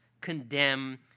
condemn